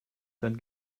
dann